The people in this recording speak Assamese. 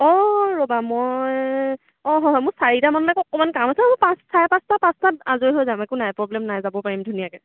অঁ ৰ'বা মই অঁ হয় হয় মোৰ চাৰিটামানলৈকে অকণমান কাম আছে হ'ব পা চাৰে পাঁচটা পাঁচটাত আজৰি হৈ যাম একো নাই প্ৰব্লেম নাই যাব পাৰিম ধুনীয়াকৈ